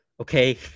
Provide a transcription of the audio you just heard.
Okay